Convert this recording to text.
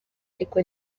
ariko